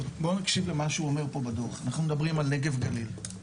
בואו נקשיב למה שהוא אומר פה בדו"ח: אנחנו מדברים על נגב - גליל.